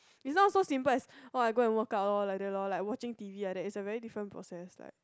is not so simple as !wah! I go and workout loh like that loh like watching t_v like that is a very different process like